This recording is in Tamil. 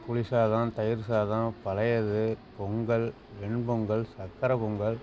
புளி சாதம் தயிர் சாதம் பழையது பொங்கல் வெண் பொங்கல் சக்கரப் பொங்கல்